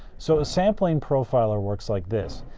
so a sampling profiler works like this.